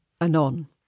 Anon